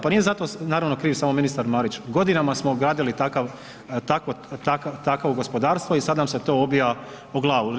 Pa nije za to kriv samo ministar Marić, godinama smo gradili takvo gospodarstvo i sada nam se to obija od glavu.